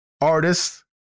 artists